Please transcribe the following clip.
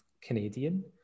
Canadian